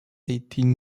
eighteen